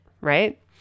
Right